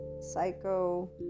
psycho